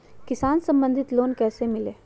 किसान संबंधित लोन कैसै लिये?